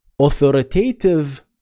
authoritative